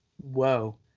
Whoa